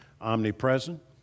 omnipresent